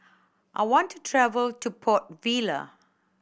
I want to travel to Port Vila